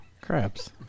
crabs